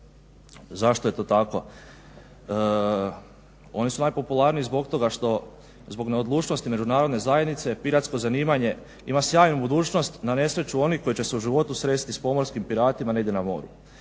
Zašto je to tako? Oni su najpopularniji zbog toga što, zbog neodlučnosti međunarodne zajednice piratsko zanimanje ima sjajnu budućnost na nesreću onih koji će se u životu sresti s pomorskim piratima negdje na moru.